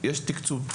יש תקצוב.